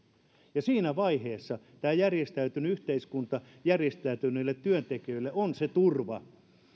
siinä vaiheessa tämä järjestäytynyt yhteiskunta järjestäytyneille työntekijöille on se turva